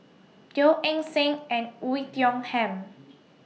Teo Eng Seng and Oei Tiong Ham